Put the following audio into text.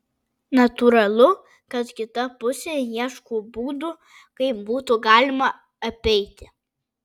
natūralu kad kita pusė ieško būdų kaip būtų galima apeiti